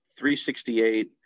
368